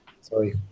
Sorry